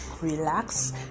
relax